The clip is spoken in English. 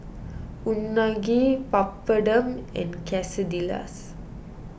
Unagi Papadum and Quesadillas